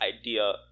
idea